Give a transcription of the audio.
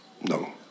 no